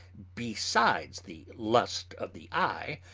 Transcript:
besides the lust of the eye,